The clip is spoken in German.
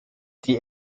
die